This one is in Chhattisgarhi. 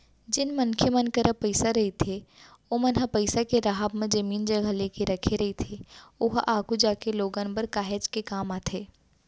जेन मनखे मन करा पइसा रहिथे ओमन ह पइसा के राहब म जमीन जघा लेके रखे रहिथे ओहा आघु जागे लोगन बर काहेच के काम आथे